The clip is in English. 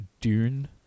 Dune